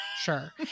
sure